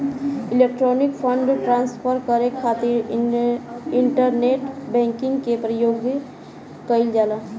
electronic fund transfer करे खातिर internet banking के प्रयोग कईल जाला